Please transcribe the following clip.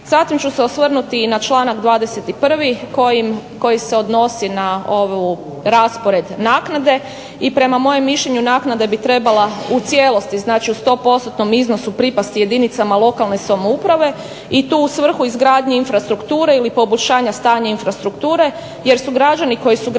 Zatim ću se osvrnuti i na članak 21. koji se odnosi na ovu raspored naknade. I prema mojem mišljenju naknade bi trebala u cijelosti znači u 100%-tnom iznosu pripasti jedinicama lokalne samouprave i to u svrhu izgradnje infrastrukture ili poboljšanja stanja infrastrukture jer su građani koji su gradili